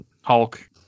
Hulk